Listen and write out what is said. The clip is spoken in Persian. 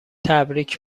تبریک